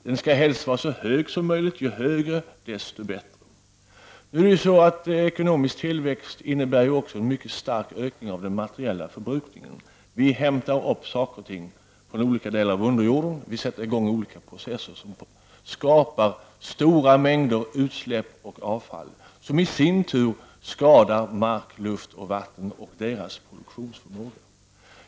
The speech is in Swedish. Den skall helst vara så stor som möjligt — ju större, desto bättre. Nu innebär ekonomisk tillväxt också en mycket stark ökning av den materiella förbrukningen. Vi hämtar upp saker och ting från olika delar av underjorden. Vi sätter i gång olika processer som skapar stora mängder utsläpp och avfall, som i sin tur skadar mark, luft och vatten och deras produktionsområde.